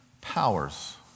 powers